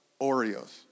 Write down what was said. Oreos